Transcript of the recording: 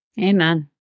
Amen